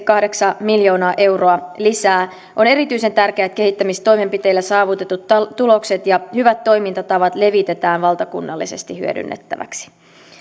kahdeksan miljoonaa euroa lisää on erityisen tärkeää että kehittämistoimenpiteillä saavutetut tulokset ja hyvät toimintatavat levitetään valtakunnallisesti hyödynnettäväksi